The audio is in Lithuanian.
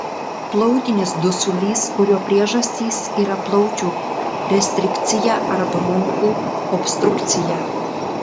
plautinis dusulys kurio priežastys yra plaučių restrikcija ar bronchų obstrukcija